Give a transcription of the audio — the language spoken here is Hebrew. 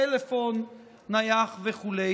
טלפון נייח וכו'.